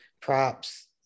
props